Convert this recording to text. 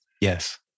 Yes